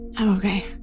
okay